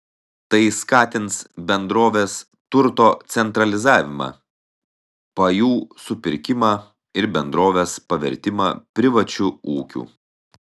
tai skatins bendrovės turto centralizavimą pajų supirkimą ir bendrovės pavertimą privačiu ūkiu